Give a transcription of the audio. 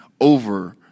over